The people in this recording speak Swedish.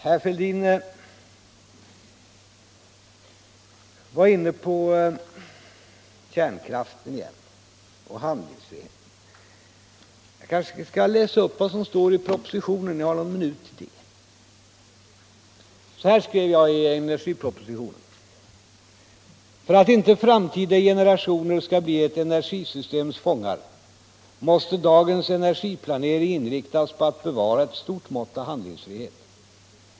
Herr Fälldin kom in på kärnkraften igen och talade om handlingsfriheten. Jag skall då läsa upp vad som står i propositionen, eftersom jag ändå har några minuter kvar. Så här skrev jag i energipropositionen: ”För att inte framtida generationer skall bli ett energisystems fångar måste dagens energiplanering inriktas på att bevara ett stort mått av handlingsfrihet.